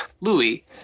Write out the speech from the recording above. Louis